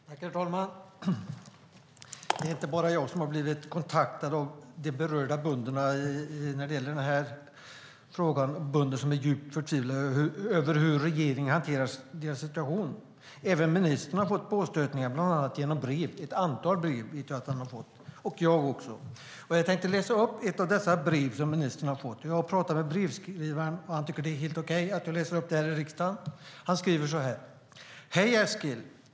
Herr talman! Det är inte bara jag som blivit kontaktad av berörda bönder i den här frågan - bönder som är djupt förtvivlade över hur regeringen hanterar deras situation. Även ministern har fått påstötningar, bland annat genom brev. Jag vet att han har fått ett antal brev, och jag också. Jag tänkte läsa upp ett av dessa brev som ministern har fått. Jag pratat med brevskrivaren, och han tycker att det är helt okej att jag läser upp brevet i riksdagen. Han skriver så här: Hej Eskil!